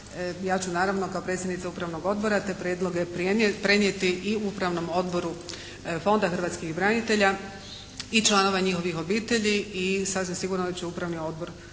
Ja ću naravno kao predsjednica upravnog odbora te prijedloge prenijeti i Upravnom odboru Fonda hrvatskih branitelja i članova njihovih obitelji i sasvim sigurno da će upravni odbor